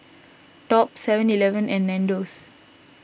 Top Seven Eleven and Nandos